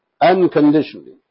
unconditionally